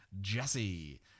Jesse